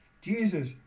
Jesus